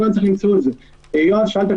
אני לא יודע אם חבר הכנסת סגלוביץ' עוד נמצא באולם,